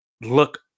look